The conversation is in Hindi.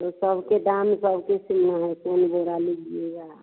तो सबके दाम सब किस्म हैं कौन बोरा लीजिएगा